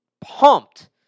pumped